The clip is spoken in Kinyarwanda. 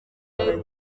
y’u